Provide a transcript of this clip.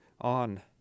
on